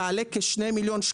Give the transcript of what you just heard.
תעלה כ-2 מיליון,